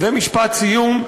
ומשפט סיום.